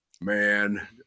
man